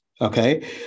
Okay